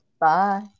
Bye